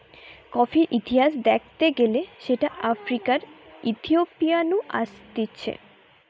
কফির ইতিহাস দ্যাখতে গেলে সেটা আফ্রিকার ইথিওপিয়া নু আসতিছে